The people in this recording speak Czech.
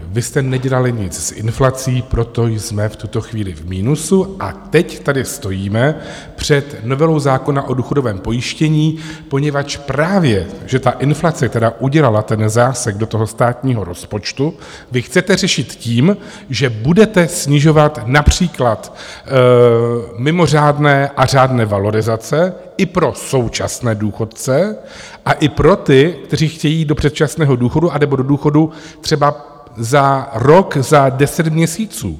Vy jste nedělali nic s inflací, proto jsme v tuto chvíli v minusu, a teď tady stojíme před novelou zákona o důchodovém pojištění, poněvadž právě že ta inflace, která udělala ten zásek do státního rozpočtu, vy chcete řešit tím, že budete snižovat například mimořádné a řádné valorizace i pro současné důchodce a i pro ty, kteří chtějí jít do předčasného důchodu anebo do důchodu třeba za rok, za 10 měsíců.